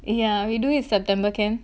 yeah we do it september can